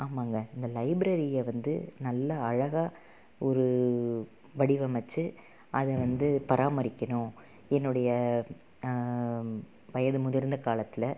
ஆமாங்க இந்த லைப்ரரியை வந்து நல்ல அழகாக ஒரு வடிவமைத்து அதை வந்து பராமரிக்கணும் என்னுடைய வயது முதிர்ந்த காலத்தில்